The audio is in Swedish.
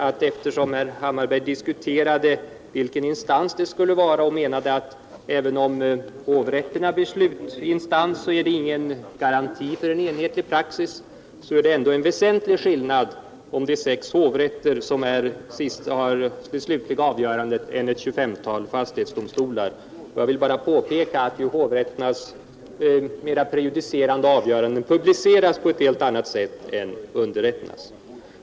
När herr Hammarberg ansåg att det inte är någon garanti för enhetlig praxis även om hovrätterna blir slutinstans så vill jag säga att det är en väsentlig skillnad om sex hovrätter har det slutliga avgörandet i stället för ett 2S5-tal fastighetsdomstolar. Jag vill påpeka att hovrätternas ur rättstillämpningssynpunkt mer intressanta avgöranden publiceras på ett helt annat sätt än underrätternas.